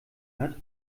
hat